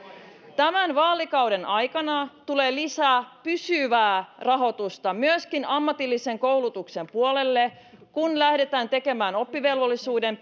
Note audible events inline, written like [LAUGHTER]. tämän vaalikauden aikana tulee lisää pysyvää rahoitusta myöskin ammatillisen koulutuksen puolelle kun lähdetään tekemään oppivelvollisuuden [UNINTELLIGIBLE]